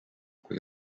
kui